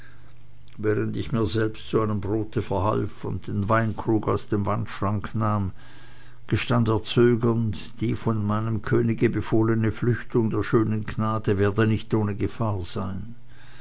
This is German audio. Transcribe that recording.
während ich mir selbst zu einem brote verhalf und den weinkrug aus dem wandschrank holte gestand er zögernd die von meinem könige befohlene flüchtung der schönen gnade werde nicht ohne gefahr sein